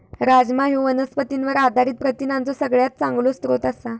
राजमा ह्यो वनस्पतींवर आधारित प्रथिनांचो सगळ्यात चांगलो स्रोत आसा